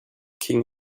king